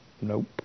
Nope